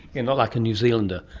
you're not like a new zealander?